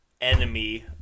enemy